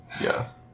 Yes